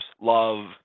Love